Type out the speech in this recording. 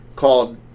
called